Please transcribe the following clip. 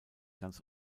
ganz